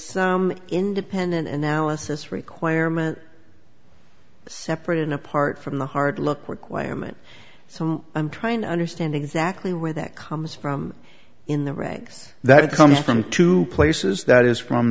some independent analysis requirement separate and apart from the hard look requirement so i'm trying to understand exactly where that comes from in the ranks that it comes from two places that is from